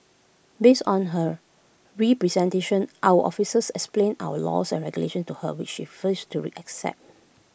based on her representation our officers explained our laws and regulations to her which she refused to accept